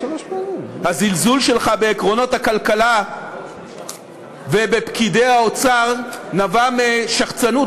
הזלזול שלך בעקרונות הכלכלה ובפקידי האוצר נבע משחצנות,